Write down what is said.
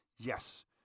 yes